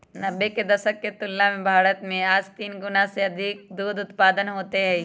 नब्बे के दशक के तुलना में भारत में आज तीन गुणा से अधिक दूध उत्पादन होते हई